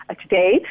today